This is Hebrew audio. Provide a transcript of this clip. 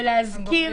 ולהזכיר,